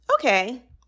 Okay